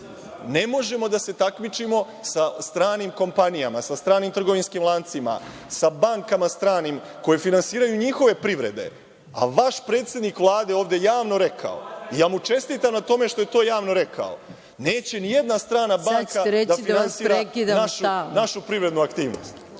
Ne možemo da se takmičimo sa stranim kompanijama, sa stranim trgovinskim lancima, sa bankama stranim koje finansiraju njihove privrede, a vaš predsednik Vlade ovde je javno rekao i ja mu čestitam na tome što je javno rekao. Neće nijedan strana banka da finansira našu privrednu aktivnost.